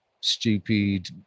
stupid